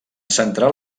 centrar